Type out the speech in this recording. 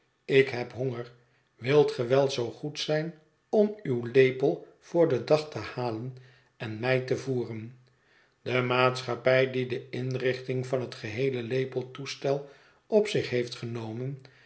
ik heb honger wilt ge wel zoo goed zijn om uw lepel voor den dag te halen en mij te voeren de maatschappij die de inrichting van het geheele lepeltoestel op zich heeft genomen